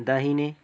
दाहिने